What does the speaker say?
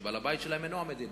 שבעל-הבית שלהם אינו המדינה,